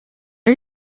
are